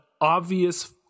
obvious